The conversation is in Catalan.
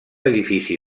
edifici